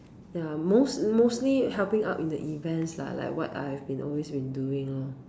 ya most mostly helping out in the events lah like what I have always been doing lor